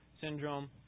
syndrome